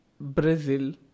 Brazil